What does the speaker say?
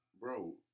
bro